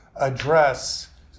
address